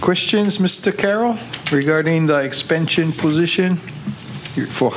questions mr carroll regarding the expansion position for